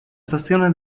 stazione